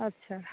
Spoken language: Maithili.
अच्छा